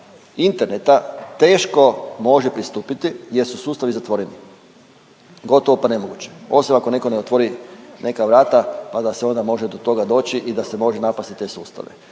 interneta teško može pristupiti jer su sustavi zatvoreni, gotovo pa nemoguće osim ako netko ne otvori neka vrata, pa da se onda može do toga doći i da se može napasti te sustave.